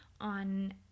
on